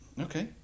okay